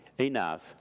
enough